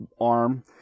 arm